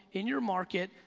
in your market,